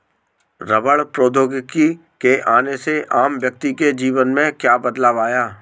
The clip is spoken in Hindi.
रबड़ प्रौद्योगिकी के आने से आम व्यक्ति के जीवन में क्या बदलाव आया?